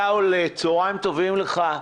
שאול, צוהריים טובים לך.